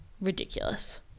ridiculous